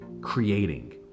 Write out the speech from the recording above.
creating